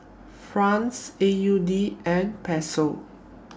Franc A U D and Peso